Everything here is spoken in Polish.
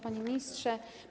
Panie Ministrze!